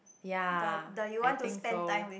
ya I think so